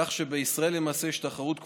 כך שבישראל למעשה יש תחרות כפולה,